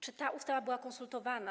Czy ta ustawa była konsultowana?